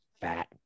fat